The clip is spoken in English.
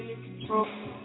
control